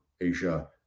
asia